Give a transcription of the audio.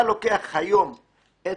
אתה לוקח היום את